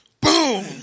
Boom